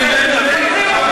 תתרגל, אדוני.